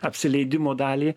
apsileidimo dalį